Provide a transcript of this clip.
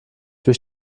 durch